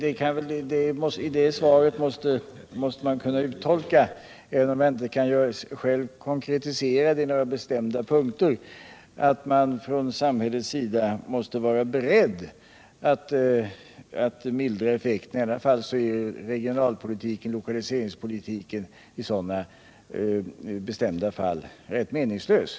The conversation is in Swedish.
Även om jag här inte kan konkretisera detta i några bestämda punkter bör man kunna uttolka ur mitt svar att man från samhällets sida måste vara beredd att mildra de negativa effekterna — annars blir regionaloch lokaliseringspolitiken i enskilda fall rätt meningslös.